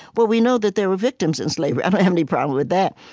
well, we know that there were victims in slavery i don't have any problem with that.